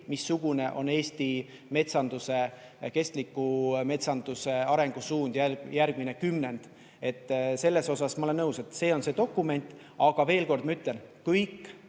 missugune on Eesti metsanduse, kestliku metsanduse arengusuund järgmine kümnend. Selles osas ma olen nõus, et see on see dokument. Aga veel kord ütlen: kõik